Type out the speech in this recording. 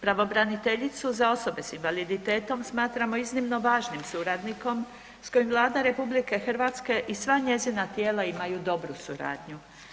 Pravobraniteljicu za osobe s invaliditetom smatramo iznimno važnim suradnikom s kojom Vlada RH i sva njezina tijela imaju dobru suradnju.